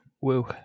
Woo